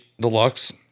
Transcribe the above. Deluxe